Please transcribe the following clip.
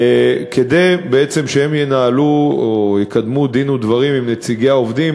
כדי שהם ינהלו או יקדמו דין ודברים עם נציגי העובדים